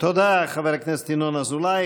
תודה לחבר הכנסת ינון אזולאי.